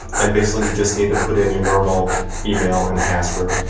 and basically, you just need to put in your normal email and password.